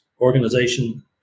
organization